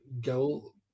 go